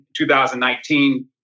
2019